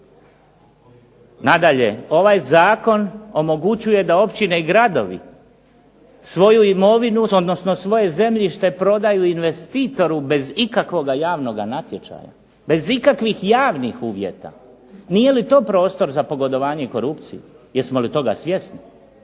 Nadalje, ovaj zakon omogućuje da općine i gradovi svoju imovinu, odnosno svoje zemljište prodaju investitoru bez ikakvoga javnoga natječaja, bez ikakvih javnih uvjeta. Nije li to prostor za pogodovanje i korupciju? Jesmo li toga svjesni?